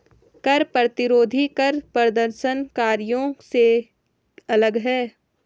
कर प्रतिरोधी कर प्रदर्शनकारियों से अलग हैं